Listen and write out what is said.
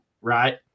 right